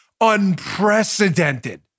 unprecedented